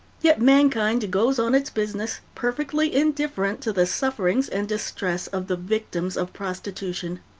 yet mankind goes on its business, perfectly indifferent to the sufferings and distress of the victims of prostitution.